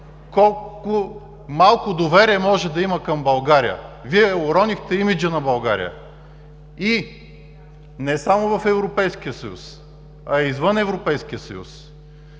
колко малко доверие може да има към България. Вие уронихте имиджа на България! И не само в Европейския съюз, а и извън него.